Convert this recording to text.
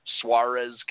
Suarez